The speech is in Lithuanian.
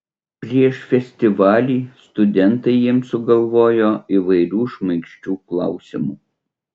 prieš festivalį studentai jiems sugalvojo įvairių šmaikščių klausimų